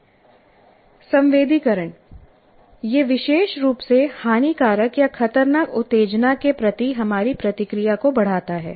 संवेदीकरण यह विशेष रूप से हानिकारक या खतरनाक उत्तेजना के प्रति हमारी प्रतिक्रिया को बढ़ाता है